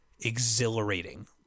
exhilarating